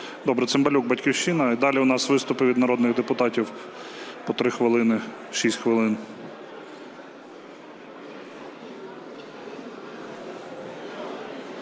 Добре. Цимбалюк, "Батьківщина". І далі в нас виступи від народних депутатів по 3 хвилини – 6 хвилин.